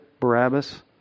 Barabbas